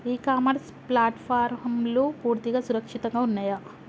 ఇ commerce ప్లాట్ఫారమ్లు పూర్తిగా సురక్షితంగా ఉన్నయా?